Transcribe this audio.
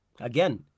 Again